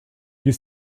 you